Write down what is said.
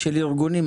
של ארגונים.